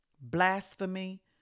blasphemy